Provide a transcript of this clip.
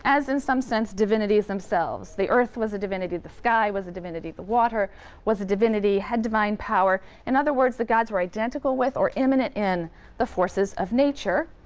as in some sense divinities themselves. the earth was a divinity, the sky was a divinity, the water was a divinity, had divine power. in other words, the gods were identical with or imminent in the forces of nature.